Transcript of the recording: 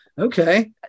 Okay